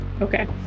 Okay